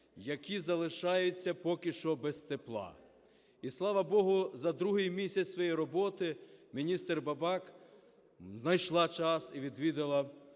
які залишаються поки що без тепла. І, слава Богу, за другий місяць своєї роботи міністр Бабак знайшла час і відвідала